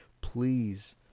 Please